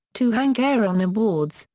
two hank aaron awards,